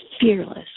fearless